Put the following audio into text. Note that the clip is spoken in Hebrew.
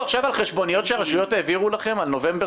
פנסיונרים של משטרת ישראל נגועים בניגוד עניינים.